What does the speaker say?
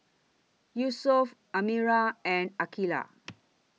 Yusuf Amirah and Aqilah